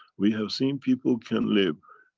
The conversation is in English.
we have seen people can live,